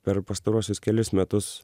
per pastaruosius kelis metus